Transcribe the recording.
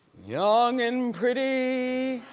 young and pretty